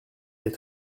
les